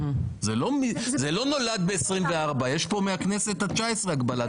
זה לא נולד ב-24, יש פה מהכנסת ה-19 הגבלת שמיות.